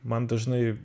man dažnai